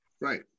Right